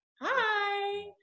hi